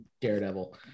Daredevil